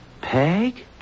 Peg